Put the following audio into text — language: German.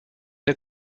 der